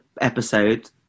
episode